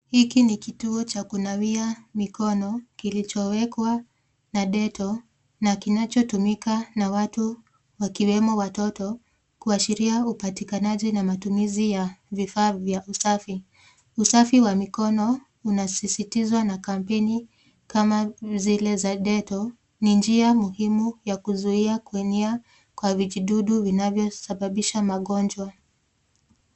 Hiki ni kituo cha kunawia mikono kilichowekwa [c.s]detal na kinachotumika na watu wakiwemo watoto kuashiria upatikanaji na matumizi ya Vifaa vya usafi. Usafi wa mikono unasisitiza na kampeni kama zile za [c.s]detal, ni njia muhimu ya kuzuia kuingia kwa vijidudu vinavyosababisha magonjwa.